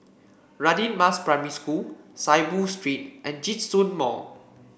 Radin Mas Primary School Saiboo Street and Djitsun Mall